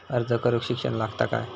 अर्ज करूक शिक्षण लागता काय?